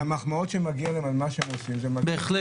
המחמאות שמגיעות להם על מה שהם עושים --- בהחלט.